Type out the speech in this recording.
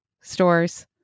stores